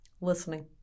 Listening